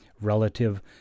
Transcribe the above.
relative